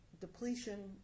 depletion